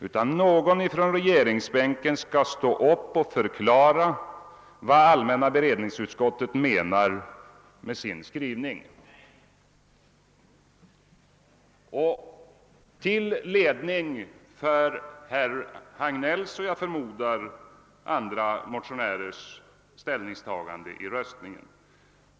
utan en företrädare för regeringen — skall förklara vad allmänna beredningsutskottet menar med sin skrivning till ledning för herr Hagnell och, såsom jag förmodar, Öövriga motionärer vid deras ställningstagande i omröstningen.